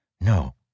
No